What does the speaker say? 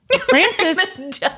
Francis